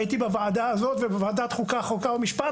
הייתי בוועדה הזאת ובוועדת החוקה, חוק ומשפט